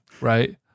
Right